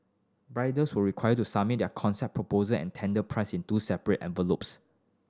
bidders were required to submit their concept proposal and tender price in two separate envelopes